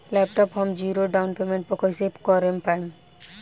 Laptop हम zero down payment पर कैसे ले पाएम?